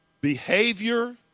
behavior